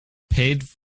paved